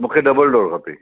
मूंखे double door खपे